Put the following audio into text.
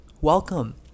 welcome